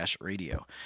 Radio